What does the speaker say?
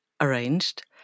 arranged